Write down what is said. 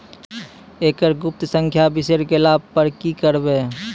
एकरऽ गुप्त संख्या बिसैर गेला पर की करवै?